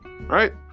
Right